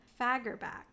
Fagerback